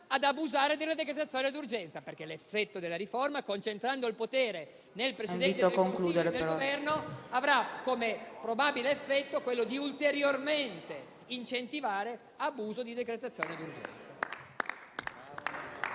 ad abusare della decretazione d'urgenza. L'effetto della riforma, concentrando il potere nel Presidente del Consiglio e nel Governo, avrà come probabile effetto quello di incentivare ulteriormente l'abuso della decretazione d'urgenza.